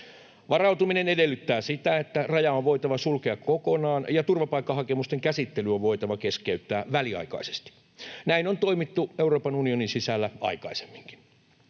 Varautuminen edellyttää sitä, että raja on voitava sulkea kokonaan ja turvapaikkahakemusten käsittely on voitava keskeyttää väliaikaisesti. Näin on toimittu Euroopan unionin sisällä aikaisemminkin.